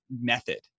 method